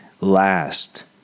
last